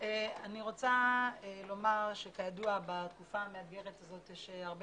אני רוצה לומר שכידוע בתקופה המאתגרת הזאת יש הרבה